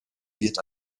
wird